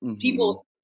people